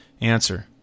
Answer